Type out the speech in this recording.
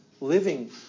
living